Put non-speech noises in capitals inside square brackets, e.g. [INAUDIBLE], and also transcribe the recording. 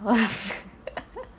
[NOISE] [LAUGHS]